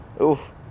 Oof